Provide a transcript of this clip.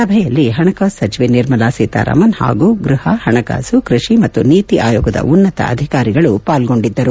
ಸಭೆಯಲ್ಲಿ ಪಣಕಾಸು ಸಚಿವೆ ನಿರ್ಮಲಾ ಸೀತಾರಾಮನ್ ಹಾಗೂ ಗ್ವಹ ಪಣಕಾಸು ಕೃಷಿ ಮತ್ತು ನೀತಿ ಆಯೋಗದ ಉನ್ನತ ಅಧಿಕಾರಿಗಳು ಪಾಲ್ಗೊಂಡಿದ್ದರು